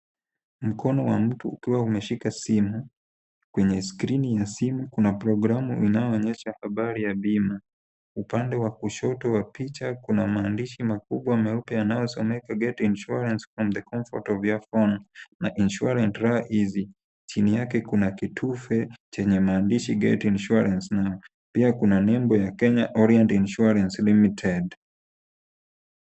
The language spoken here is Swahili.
Mkono wa mtu ukiwa umeshika simu. Kwenye skrini ya simu kuna programu inayoonyesha habari ya bima. Upande wa kushoto wa picha kuna maandishi makubwa meupe yanayosomeka get insurance from the comfort of your phone na insurance Rah-Easy . Chini yake kuna kitufe chenye maandishi get insurance now . Pia kuna nembo ya Kenya Orient Insurance Limited.